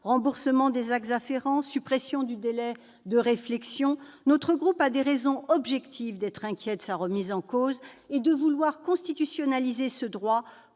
remboursement des actes afférents, suppression du délai de réflexion ...-, mon groupe a des raisons objectives d'être inquiet de sa remise en cause et de vouloir le constitutionnaliser pour